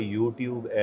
YouTube